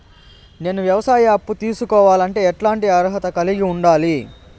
నేను వ్యవసాయ అప్పు తీసుకోవాలంటే ఎట్లాంటి అర్హత కలిగి ఉండాలి?